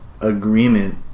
agreement